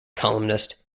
columnist